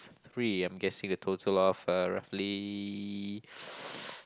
three I'm guessing a total of uh roughly